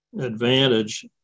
advantage